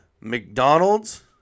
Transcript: mcdonald's